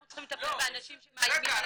אנחנו צריכים לטפל באנשים שמעלימים מהסטודנטים.